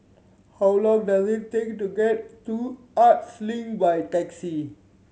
how long does it take to get to Arts Link by taxi